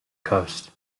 coast